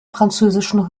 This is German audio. französischen